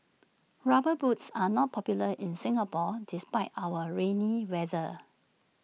rubber boots are not popular in Singapore despite our rainy weather